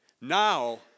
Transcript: Now